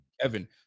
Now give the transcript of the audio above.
Kevin